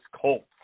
Colts